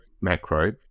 macro